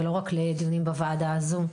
ולא רק לדיונים בוועדה הזו.